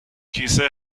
کیسه